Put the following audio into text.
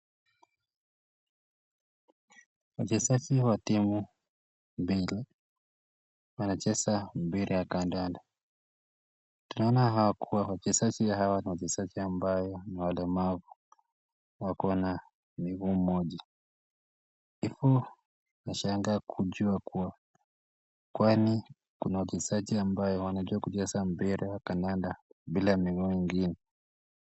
Wachezaji wa timu mbili wanacheza mpira ya kandanda. Tunaona hawa kuwa wachezaji hawa ni wachezaji ambao ni walemavu. Wako na miguu moja. Hivyo nashangaa kujua kuwa kwani kuna wachezaji ambao wanajua kucheza mpira ya kandanda bila miguu ingine.